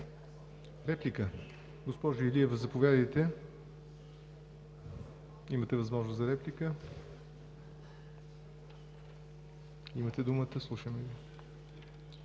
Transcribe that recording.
Госпожо Илиева, заповядайте – имате възможност за реплика. Имате думата, слушаме Ви.